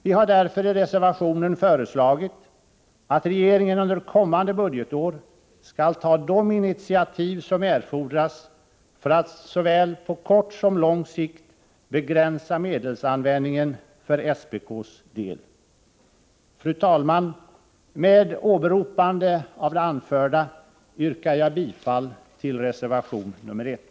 Vi har därför i reservationen föreslagit att regeringen under kommande budgetår skall ta de initiativ som erfordras för att såväl på kort som på lång sikt begränsa medelsanvändningen för SPK:s del. Fru talman! Med åberopande av det anförda yrkar jag bifall till reservation 1.